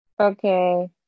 Okay